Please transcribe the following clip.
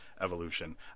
evolution